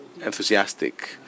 enthusiastic